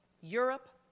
europe